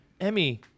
Emmy